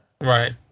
Right